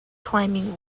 climbing